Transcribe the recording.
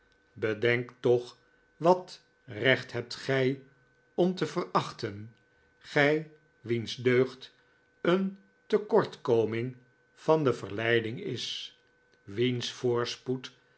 bedenk toch wat recht hebt gij om te verachten gij wiens deugd een tekortkoming van de verleiding is wiens voorspoed